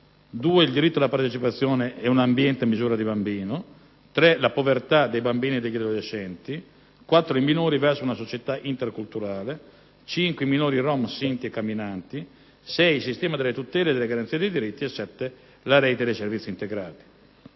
il diritto alla partecipazione e ad un ambiente a misura di bambino; la povertà dei bambini e degli adolescenti; i minori verso una società interculturale; i minori rom, sinti e camminanti; il sistema delle tutele, delle garanzie e dei diritti; la rete dei servizi integrati.